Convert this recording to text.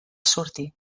sortir